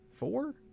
Four